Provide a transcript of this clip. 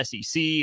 SEC